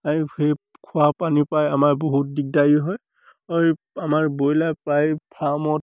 এই সেই খোৱাপানীৰপৰাই আমাৰ বহুত দিগদাৰী হয় আৰু আমাৰ ব্ৰইলাৰ প্ৰায় ফাৰ্মত